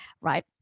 right